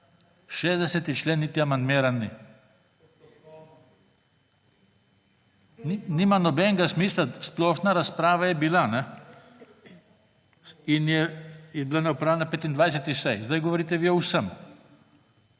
60. člen niti amandmiran ni. Nima nobenega smisla, splošna razprava je bila in je bila opravljena na 25. seji. Sedaj govorite vi o vsem.